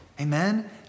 Amen